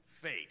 fate